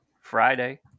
Friday